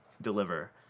deliver